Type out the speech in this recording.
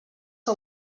que